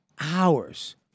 hours